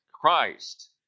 Christ